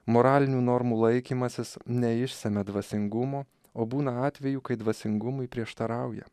moralinių normų laikymasis neišsemia dvasingumo o būna atvejų kai dvasingumui prieštarauja